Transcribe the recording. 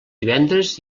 divendres